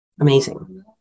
Amazing